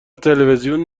تلویزیون